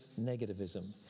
negativism